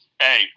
Hey